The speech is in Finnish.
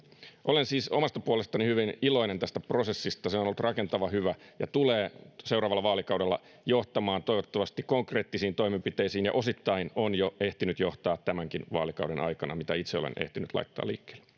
olen siis omasta puolestani hyvin iloinen tästä prosessista se on ollut rakentava ja hyvä ja tulee seuraavalla vaalikaudella johtamaan toivottavasti konkreettisiin toimenpiteisiin ja osittain on jo ehtinyt johtaa tämänkin vaalikauden aikana mitä itse olen ehtinyt laittaa liikkeelle